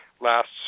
lasts